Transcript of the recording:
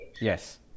Yes